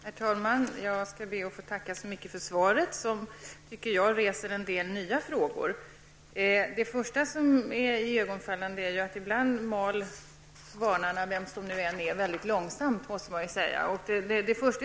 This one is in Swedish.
Herr talman! Jag skall be att få tacka så mycket för svaret, som reser en del nya frågor. Det första som är iögonenfallande är att kvarnarna -- vems de nu än är -- ibland mal väldigt långsamt.